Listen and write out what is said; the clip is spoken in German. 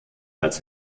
als